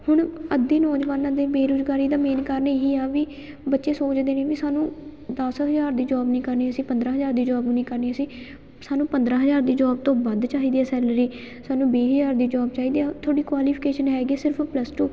ਹੁਣ ਅੱਧੇ ਨੌਜਵਾਨਾਂ ਦੇ ਬੇਰੁਜ਼ਗਾਰੀ ਦਾ ਮੇਨ ਕਾਰਨ ਇਹ ਹੀ ਆ ਵੀ ਬੱਚੇ ਸੋਚਦੇ ਨੇ ਵੀ ਸਾਨੂੰ ਦਸ ਹਜ਼ਾਰ ਦੀ ਜੋਬ ਨਹੀਂ ਕਰਨੀ ਅਸੀਂ ਪੰਦਰਾਂ ਹਜ਼ਾਰ ਦੀ ਜੋਬ ਨਹੀਂ ਕਰਨੀ ਅਸੀਂ ਸਾਨੂੰ ਪੰਦਰਾਂ ਹਜ਼ਾਰ ਦੀ ਜੋਬ ਤੋਂ ਵੱਧ ਚਾਹੀਦੀ ਆ ਸੈਲਰੀ ਸਾਨੂੰ ਵੀਹ ਹਜ਼ਾਰ ਦੀ ਜੋਬ ਚਾਹੀਦੀ ਹੈ ਤੁਹਾਡੀ ਕੁਆਲੀਫਿਕੇਸ਼ਨ ਹੈਗੀ ਸਿਰਫ ਪਲੱਸ ਟੂ